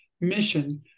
mission